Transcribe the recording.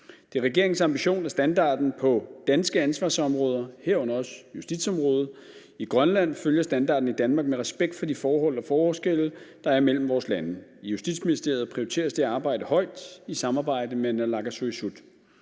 Det er regeringens ambition, at standarden på danske ansvarsområder, herunder også justitsområdet, i Grønland følger standarden i Danmark med respekt for de forhold og forskelle, der er mellem vores lande. I Justitsministeriet prioriteres det arbejde højt i samarbejde med naalakkersuisut.